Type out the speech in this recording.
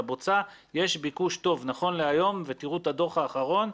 לבוצה יש ביקוש טוב נכון להיום ותראו את הדוח האחרון,